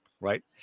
Right